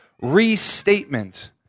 restatement